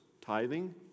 tithing